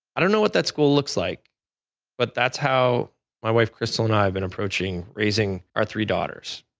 i don't know what that school looks like but that's how my wife, crystal, and i have been approaching, raising our three daughters.